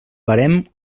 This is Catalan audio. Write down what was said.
barem